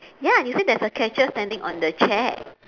ya you said there's a catcher standing on the chair